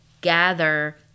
gather